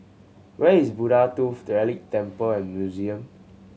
where is Buddha Tooth Relic Temple and Museum